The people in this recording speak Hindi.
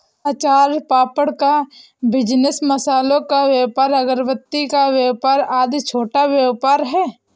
अचार पापड़ का बिजनेस, मसालों का व्यापार, अगरबत्ती का व्यापार आदि छोटा व्यापार है